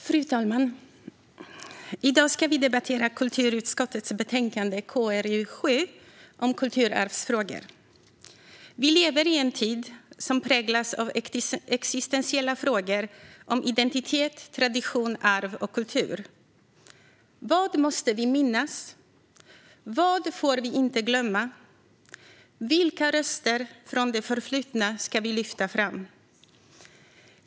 Fru talman! I dag ska vi debattera kulturutskottets betänkande KrU7 om kulturarvsfrågor. Vi lever i en tid som präglas av existentiella frågor om identitet, tradition, arv och kultur. Vad måste vi minnas? Vad får vi inte glömma? Vilka röster från det förflutna ska vi lyfta fram?